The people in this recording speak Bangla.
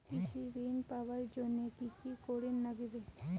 কৃষি ঋণ পাবার জন্যে কি কি করির নাগিবে?